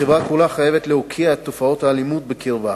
החברה כולה חייבת להוקיע את תופעת האלימות בקרבה,